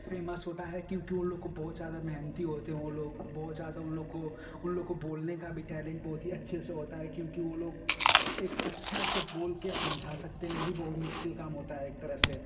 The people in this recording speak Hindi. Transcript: फ़ेमस होता है क्योंकि उन लोग को बहुत ज़्यादा मेहनती होते हैं वह लोग बहुत ज़्यादा उनलोगों को उनलोगों को बोलने का भी टैलेन्ट बहुत ही अच्छे से होता है क्योंकि वह लोग एक अच्छा से बोलकर समझा सकते हैं यह भी बहुत मुश्किल काम होता है एक तरह से